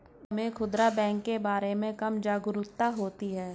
गांव में खूदरा बैंक के बारे में कम जागरूकता होती है